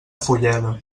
fulleda